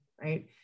right